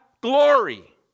glory